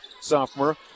sophomore